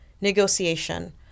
negotiation